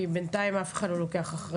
כי בינתיים אף אחד לא לוקח אחריות.